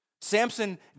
Samson